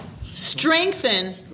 strengthen